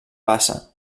bassa